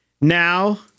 Now